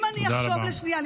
אם אני אחשוב לשנייה, תודה רבה.